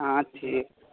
ہاں ٹھیک